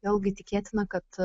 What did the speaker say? vėlgi tikėtina kad